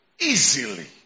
easily